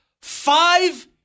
five